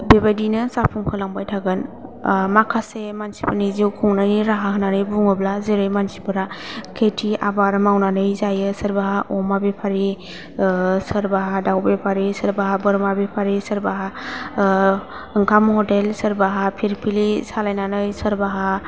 बेबादिनो जाफुंहोलांबाय थागोन माखासे मानसिफोरनि जिउ खुंनायनि राहा होन्नानै बुङोब्ला जेरै मानसिफोरा खेथि आबाद मावनानै जायो सोरबाहा अमा बेफारि सोरबाहा दाव बेफारि सोरबाहा बोरमा बेफारि सोरबाहा ओंखाम हटेल सोरबाहा पिरपिलि सालायनानै सोरबाहा